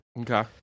Okay